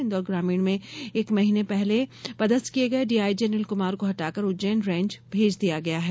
इंदौर ग्रामीण में एक महीने पहले पदस्थ किए गए डीआईजी अनिल कुमार को हटाकर उज्जैन रेंज भेज दिया गया है